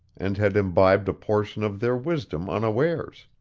and had imbibed a portion of their wisdom unawares.